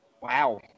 wow